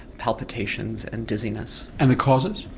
palpitations and dizziness. and the causes?